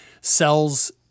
sells